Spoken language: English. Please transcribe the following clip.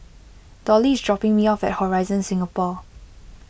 Dollie is dropping me off at Horizon Singapore